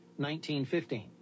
1915